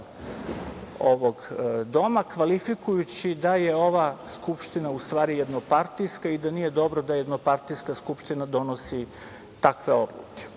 ovog doma kvalifikujući da je ova Skupština u stvari jednopartijska i da nije dobro da jednopartijska Skupština donosi takve odluke. Vrlo